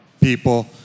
people